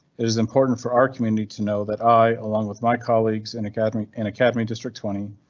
it is important for our community to know that i, along with my colleagues in academy and academy district twenty,